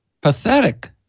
pathetic